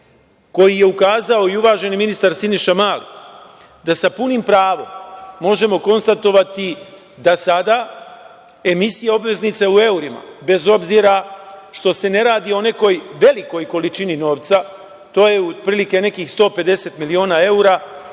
koji je ukazao i uvaženi ministar Siniša Mali, da sa punim pravom možemo konstatovati da sada emisija obveznica u evrima, bez obzira što se ne radi o nekoj velikoj količini novca, to je otprilike nekih 150 miliona evra,